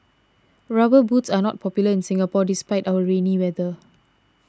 rubber boots are not popular in Singapore despite our rainy weather